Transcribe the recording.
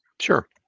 Sure